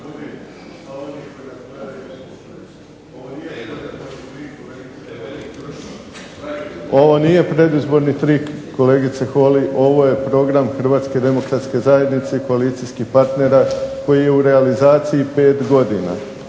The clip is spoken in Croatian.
Ovo nije predizborni trik kolegice Holy, ovo je program Hrvatske demokratske zajednice i koalicijskih partnera koji je u realizaciji pet godina.